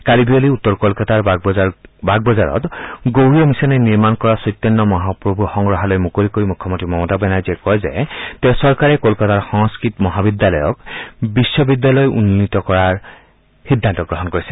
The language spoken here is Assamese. কালি বিয়লি উত্তৰ কলকাতাৰ বাগবজাৰত গৌৰীয় মিছনে নিৰ্মাণ কৰা সত্যেন্ন মহাপ্ৰভু সংগ্ৰহালয় মুকলি কৰি মুখ্যমন্ত্ৰী মমতা বেনাৰ্জীয়ে কয় যে তেওঁৰ চৰকাৰে কলকাতাৰ সংস্কৃত মহাবিদ্যালয়ক বিশ্ববিদ্যালয়লৈ পৰিৱৰ্তন কৰাৰ সিদ্ধান্ত গ্ৰহণ কৰিছে